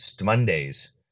Mondays